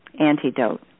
antidote